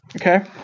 okay